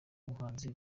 umuhanzi